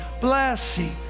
blessing